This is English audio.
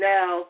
Now